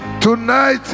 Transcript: tonight